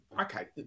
okay